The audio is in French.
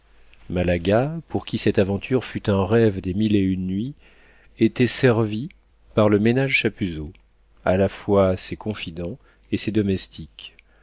malaga pour qui cette aventure fut un rêve des mille et une nuits était servie par le ménage chapuzot à la fois ses confidents et ses domestiques